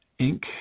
Inc